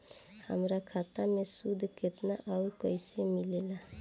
हमार खाता मे सूद केतना आउर कैसे मिलेला?